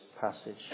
passage